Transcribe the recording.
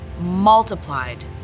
multiplied